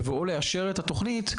בבואו לאשר את התכנית,